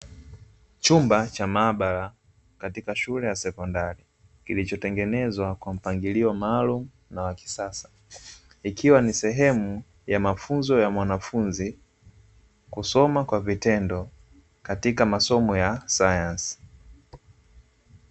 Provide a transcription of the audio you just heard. Chumba cha maabara katika shule ya sekondari kilichotengenezwa kwa mpangilio maalumu na wa kisasa, ikiwa ni sehemu ya mafunzo ya mwanafunzi kusoma kwa vitendo katika masomo ya sayansi.